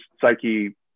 psyche